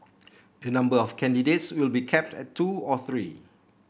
the number of candidates will be capped at two or three